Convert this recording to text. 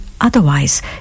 otherwise